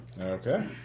Okay